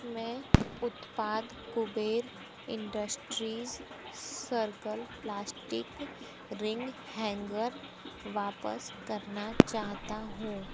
मैं उत्पाद Kuber industries circle plastic ring hanger वापस करना चाहता हूँ